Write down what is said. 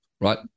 Right